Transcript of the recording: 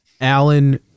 Alan